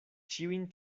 ĉiujn